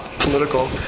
political